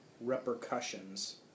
repercussions